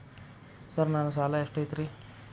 Sir ನನ್ನ ಸಾಲಾ ಎಷ್ಟು ಐತ್ರಿ?